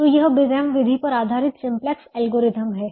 तो यह big M विधि पर आधारित सिम्पलेक्स एल्गोरिथ्म है